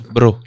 Bro